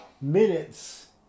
minutes